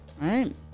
right